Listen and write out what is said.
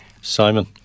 Simon